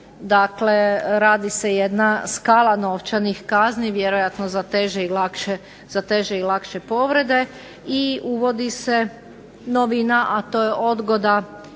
Dakle, radi se jedna skala novčanih kazni vjerojatno za teže i lakše povrede i uvodi se novina, a to je odgoda